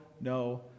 no